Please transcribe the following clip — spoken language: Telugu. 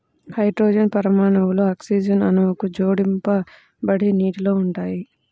హైడ్రోజన్ పరమాణువులు ఆక్సిజన్ అణువుకు జోడించబడి నీటిలో ఉంటాయి